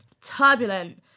turbulent